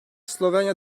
slovenya